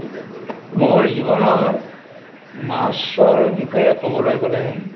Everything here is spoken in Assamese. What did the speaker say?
মোৰ জীৱনৰ মাছৰ বিষয়ে ক'বলৈ গ'লে